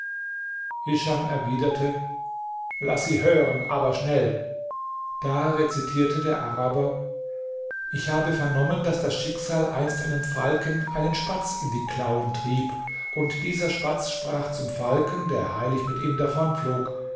hischam erwiderte laß sie hören aber schnell da rezitierte der araber ich habe vernommen daß das schicksal einst einem falken einen spatz in die klauen trieb und dieser spatz sprach zum falken der eilig mit ihm